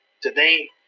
Today